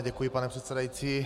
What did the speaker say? Děkuji, pane předsedající.